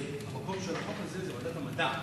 המקום של החוק הזה הוא ועדת המדע.